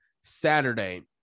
Saturday